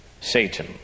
Satan